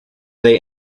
they